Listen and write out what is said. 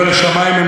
השמים הם